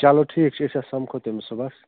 چلو ٹھیٖکھ چھِ أسۍ حظ سَمکھو تٔمِس صُبحَس